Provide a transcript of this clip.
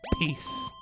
Peace